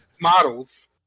models